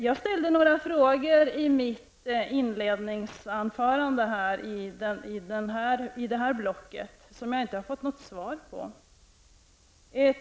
Jag ställde några frågor i mitt inledningsanförande i det här blocket av debatten som jag inte har fått något svar på.